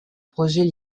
projets